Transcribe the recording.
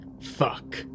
fuck